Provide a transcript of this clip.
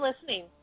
listening